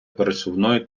пересувної